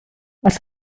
els